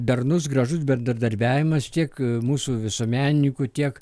darnus gražus bendradarbiavimas tiek mūsų visuomenininkų tiek